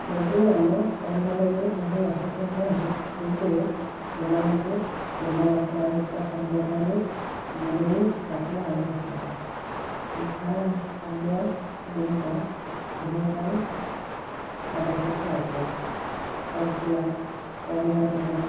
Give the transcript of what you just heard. ଯଦି ଆମ ପରିବାରରେ କେହି ଅସୁସ୍ଥ ଥାଆନ୍ତି ତେବେ ସେମାନଙ୍କୁ ତେଲ ମସଲା ଯୁକ୍ତ ଖାଦ୍ୟ ଠାରୁ ଦୂରେଇ ରଖିବା ଆବଶ୍ୟକ ସିଝା ଖାଦ୍ୟଗୁଡ଼ିକ ଦେହ ପାଇଁ ଆବଶ୍ୟକ ଅଟେ ସନ୍ତୁଳା ପରିବା ସିଝା